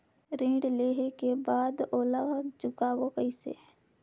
ऋण लेहें के बाद ओला चुकाबो किसे?